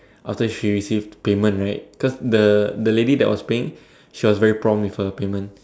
after she received payment right cause the the lady that was paying she was very prompt with her payment